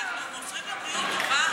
אנחנו מוסרים לו בריאות טובה,